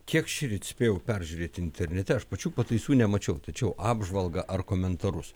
kiek šįryt spėjau peržiūrėti internete aš pačių pataisų nemačiau tačiau apžvalgą ar komentarus